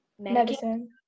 Medicine